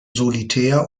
solitär